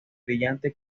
brillante